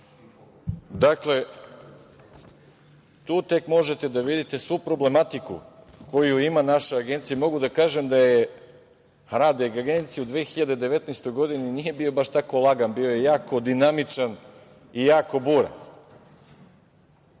Dakle, tu tek možete da vidite svu problematiku koju ima naša Agencija. Mogu da kažem da rad Agencije u 2019. godini nije bio baš tako lagan, bio je kao dinamičan i jako buran. Kroz